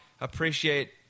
Appreciate